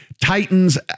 Titans